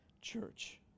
Church